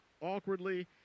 awkwardly